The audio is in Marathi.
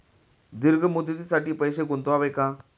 दीर्घ मुदतीसाठी पैसे गुंतवावे का?